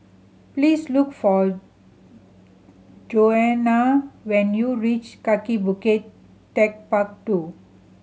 please look for Johannah when you reach Kaki Bukit Techpark Two